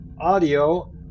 audio